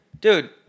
Dude